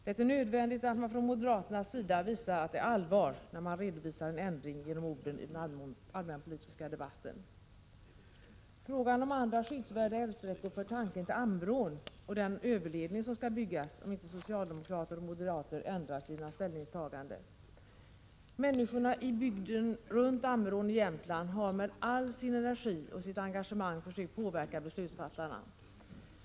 Det är nödvändigt att man från moderaternas sida visar att det är allvar, när man redovisar en ändring genom orden i den allmänpolitiska debatten. Frågan om andra skyddsvärda älvsträckor för tanken till Amerån och den överledning som skall byggas, om inte socialdemokrater och moderater ändrar sina ställningstaganden. Människorna i bygden runt Amerån i Jämtland har med all sin energi och sitt engagemang försökt påverka beslutsfattarna.